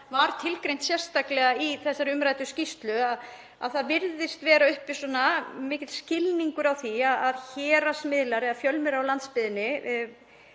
var tilgreint sérstaklega í þessari umræddu skýrslu. Það virðist vera uppi mikill skilningur á því að héraðsmiðlar eða fjölmiðlar á landsbyggðinni